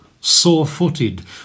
sore-footed